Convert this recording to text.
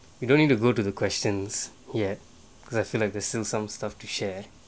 you don't need to go to the questions yet because I feel like there's still some stuff to share